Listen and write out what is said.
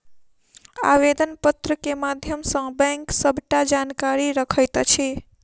आवेदन पत्र के माध्यम सॅ बैंक सबटा जानकारी रखैत अछि